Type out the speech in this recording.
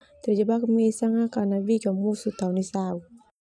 Terjebak mesan ah karena bik ka musuh tao nisa au.